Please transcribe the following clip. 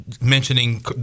Mentioning